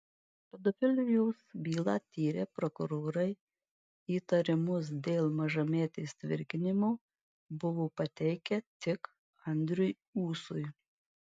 pedofilijos bylą tyrę prokurorai įtarimus dėl mažametės tvirkinimo buvo pateikę tik andriui ūsui